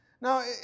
Now